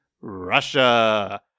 Russia